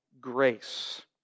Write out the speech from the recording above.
grace